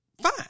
fine